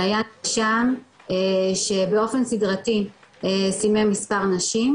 זה היה נאשם שבאופן סדרתי סימם מספר נשים,